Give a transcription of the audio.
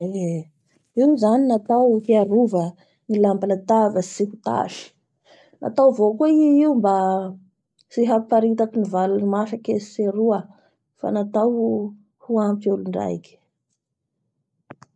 Eee! Io zany natao hiarova ny lamba atabatsy tsy ho tasy, natao avao koa i io mba tsy hampiparitaky ny vary masaky etsy sy aroa fa natao hoampy olondraiky.